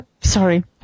Sorry